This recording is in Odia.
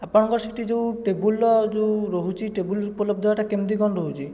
ଆପଣଙ୍କର ସେହିଠି ଯେଉଁ ଟେବୁଲର ଯେଉଁ ରହୁଛି ଟେବୁଲ ଉପଲବ୍ଧ ହେଟା କେମିତି କଣ ରହୁଛି